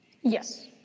Yes